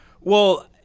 Well-